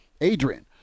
Adrian